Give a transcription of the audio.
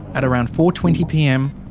at around four. twenty pm,